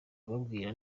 ubabwira